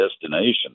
destination